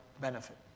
benefit